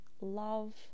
love